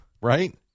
Right